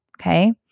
Okay